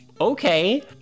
okay